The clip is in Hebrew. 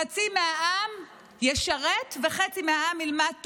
חצי מהעם ישרת וחצי מהעם ילמד תורה,